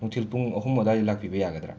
ꯅꯨꯡꯊꯤꯜ ꯄꯨꯡ ꯑꯍꯨꯝ ꯑꯗꯨꯋꯥꯏꯗ ꯂꯥꯛꯄꯤꯕ ꯌꯥꯒꯗ꯭ꯔꯥ